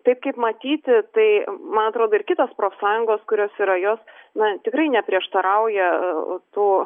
taip kaip matyti tai man atrodo ir kitos profsąjungos kurios yra jos na tikrai neprieštarauja tų